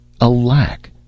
alack